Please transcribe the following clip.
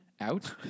out